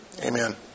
amen